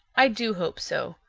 i do hope so,